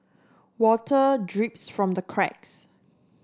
water drips from the cracks